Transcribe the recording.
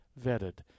vetted